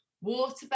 water